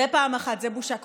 זה פעם אחת, זו בושה קבועה.